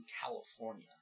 California